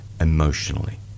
emotionally